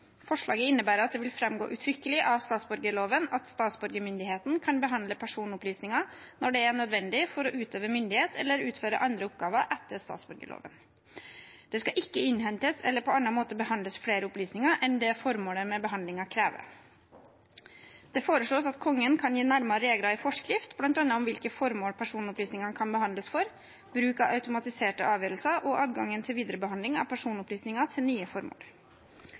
Forslaget innebærer at det vil framgå uttrykkelig av statsborgerloven at statsborgermyndigheten kan behandle personopplysninger når det er nødvendig for å utøve myndighet eller utføre andre oppgaver etter statsborgerloven. Det skal ikke innhentes eller på annen måte behandles flere opplysninger enn det som formålet med behandlingen krever. Det foreslås at Kongen kan gi nærmere regler i forskrift om bl.a. hvilke formål personopplysninger kan behandles for, bruk av automatiserte avgjørelser og adgangen til videre behandling av personopplysninger til nye formål.